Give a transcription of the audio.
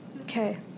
okay